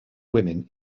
women